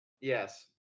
Yes